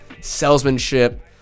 salesmanship